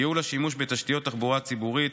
ייעול השימוש בתשתיות תחבורה ציבורית,